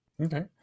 Okay